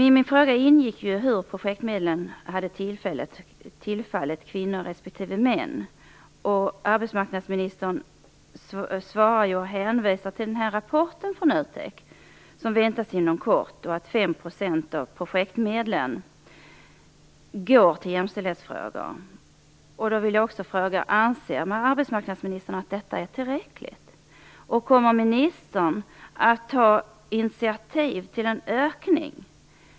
I min fråga ingick hur projektmedlen hade tillfallit kvinnor respektive män, och arbetsmarknadsministern hänvisar i svaret till rapporten från NUTEK, som väntas inom kort, och säger att 5 % av projektmedlen går till jämställdhetsfrågor. Då vill jag också fråga: Anser arbetsmarknadsministern att detta är tillräckligt? Kommer ministern att ta initiativ till en ökning?